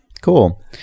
cool